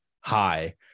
hi